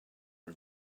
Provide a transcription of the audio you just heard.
are